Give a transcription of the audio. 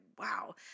wow